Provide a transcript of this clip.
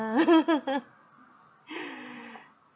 uh